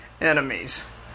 enemies